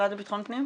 המשרד לביטחון פנים?